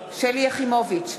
שלי יחימוביץ,